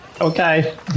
Okay